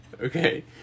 okay